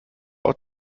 auch